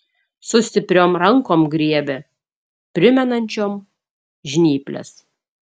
su stipriom rankom griebė primenančiom žnyples